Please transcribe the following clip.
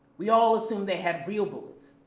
we all assumed they had real bullets,